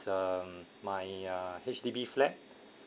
um my uh H_D_B flat